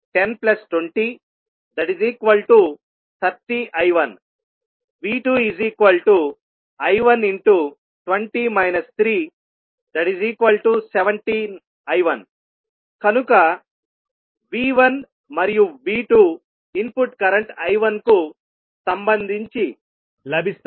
చిత్రం నుంచి V1I1102030I1 V2I117I1 కనుక V1 మరియు V2 ఇన్పుట్ కరెంట్ I1 కు సంబంధించి లభిస్తాయి